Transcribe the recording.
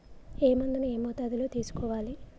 ఏ మందును ఏ మోతాదులో తీసుకోవాలి?